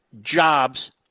jobs